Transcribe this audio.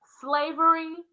slavery